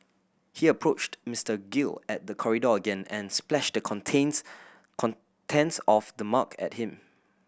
he approached Mister Gill at the corridor again and splashed the contents contents of the mug at him